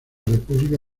república